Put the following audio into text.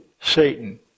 Satan